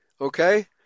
Okay